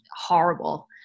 horrible